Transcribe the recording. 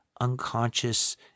unconscious